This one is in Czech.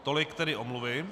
Tolik tedy omluvy.